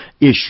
issue